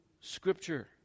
Scripture